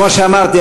כמו שאמרתי,